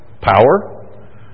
power